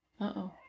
Uh-oh